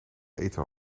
eten